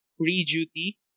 pre-duty